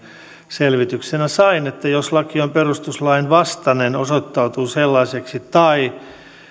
selvityksenä sain että jos laki on perustuslain vastainen osoittautuu sellaiseksi tai